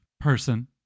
person